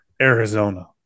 Arizona